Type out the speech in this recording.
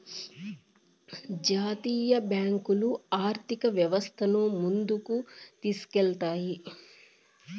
జాతీయ బ్యాంకులు ఆర్థిక వ్యవస్థను ముందుకు తీసుకెళ్తాయి